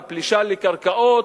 בפלישה לקרקעות.